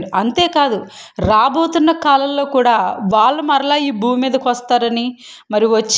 అంతేకాదు రాబోతున్న కాలాలలో కూడా వాళ్ళు మరలా ఈ భూమి మీదకి వస్తారని మరి వచ్చి